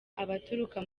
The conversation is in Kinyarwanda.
abaturuka